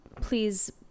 please